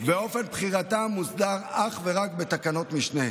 ואופן בחירתם מוסדרים אך ורק בתקנות משנה,